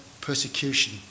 persecution